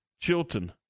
Chilton